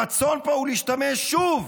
הרצון פה הוא להשתמש שוב